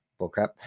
bullcrap